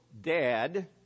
dad